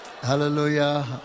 Hallelujah